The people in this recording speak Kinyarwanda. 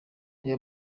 reba